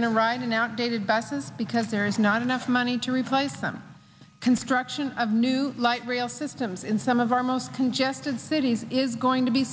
going to write an outdated buses because there is not enough money to replace them construction of new light rail systems in some of our most congested cities is going to be